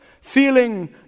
feeling